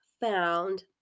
found